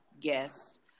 guest